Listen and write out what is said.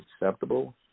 acceptable